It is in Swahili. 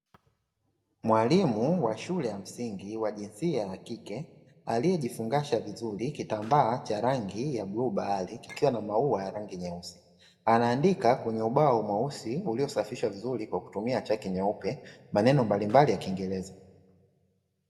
Mwalimu wa shule ya msingi wa jinsia ya kike aliyejifungasha vizuri kitambaa cha rangi ya bluu bahari kikiwa na maua ya rangi nyeusi, anaandika kwenye ubao mweusi uliosafishwa vizuri kwa kutumia chaki nyeupe maneno mbalimbali ya kiingereza.